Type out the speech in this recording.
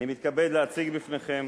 אני מתכבד להציג בפניכם